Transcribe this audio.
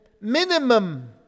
minimum